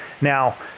Now